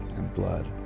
and blood.